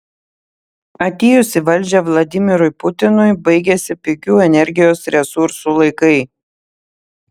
atėjus į valdžią vladimirui putinui baigėsi pigių energijos resursų laikai